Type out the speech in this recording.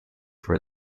for